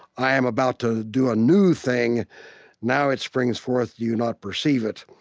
i am about to do a new thing now it springs forth, do you not perceive it?